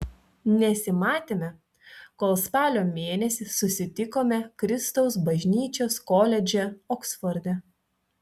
nesimatėme kol spalio mėnesį susitikome kristaus bažnyčios koledže oksforde